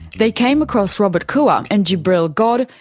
they came across robert koua and jibril god,